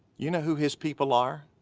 you know who his people are?